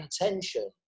intention